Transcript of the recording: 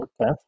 Okay